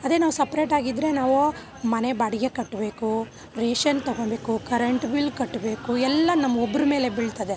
ಅದೇ ನಾವು ಸಪ್ರೇಟಾಗಿದ್ರೆ ನಾವು ಮನೆ ಬಾಡಿಗೆ ಕಟ್ಟಬೇಕು ರೇಷನ್ ತೊಗೋಬೇಕು ಕರೆಂಟ್ ಬಿಲ್ ಕಟ್ಟಬೇಕು ಎಲ್ಲ ನಮ್ಮ ಒಬ್ರ ಮೇಲೆ ಬೀಳ್ತದೆ